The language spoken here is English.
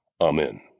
Amen